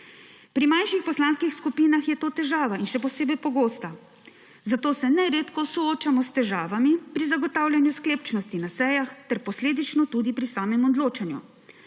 Pri manjših poslanskih skupinah je to težava, in še posebej pogosta, zato se neredko soočamo s težavami pri zagotavljanju sklepčnosti na sejah ter posledično tudi pri samem odločanju.